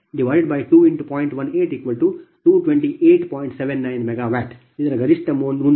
ಇದರ ಗರಿಷ್ಠ 300